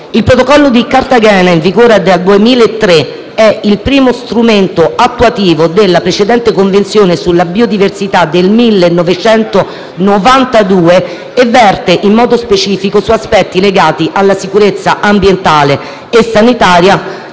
Il Protocollo di Cartagena, in vigore dal 2003, è il primo strumento attuativo della precedente Convenzione sulla biodiversità del 1992 e verte in modo specifico su aspetti legati alla sicurezza ambientale e sanitaria